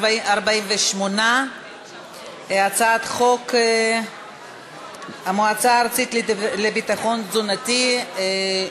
48. הצעת חוק המועצה הארצית לביטחון תזונתי (תיקון,